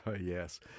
yes